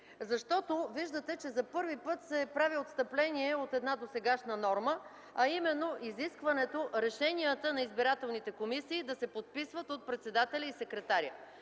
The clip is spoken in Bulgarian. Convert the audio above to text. сили. Виждате, че за първи път се прави отстъпление от една досегашна норма, а именно изискването решенията на избирателните комисии да се подписват от председателя и секретаря.